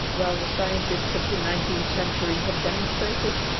while the scientists of the nineteenth century have demonstrated,